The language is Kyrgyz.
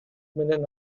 менен